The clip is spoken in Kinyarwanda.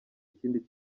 ikindi